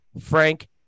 Frank